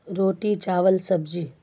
روٹی چاول سبزی